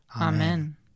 Amen